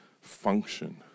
function